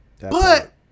But-